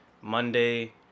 Monday